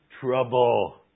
trouble